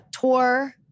tour